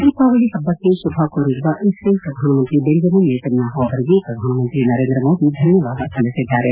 ದೀಪಾವಳಿ ಹಬ್ಬಕ್ಕೆ ಶುಭಕೋರಿರುವ ಇಸ್ರೇಲ್ ಪ್ರಧಾನಮಂತ್ರಿ ಬೆಂಜಮಿನ್ ನೆತನ್ಯಾಪು ಅವರಿಗೆ ಪ್ರಧಾನಮಂತ್ರಿ ನರೇಂದ್ರ ಮೋದಿ ಧನ್ಯವಾದ ಸಲ್ಲಿಸಿದ್ದಾರೆ